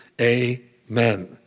Amen